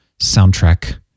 soundtrack